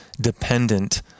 dependent